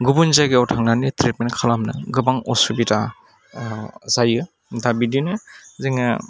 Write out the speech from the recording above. गुबुन जायगायाव थांनानै ट्रिटमेन्ट खालामनो गोबां असुबिदा जायो दा बिदिनो जोङो